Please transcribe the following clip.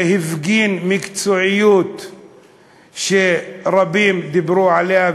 והפגין מקצועיות שרבים דיברו עליה,